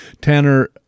Tanner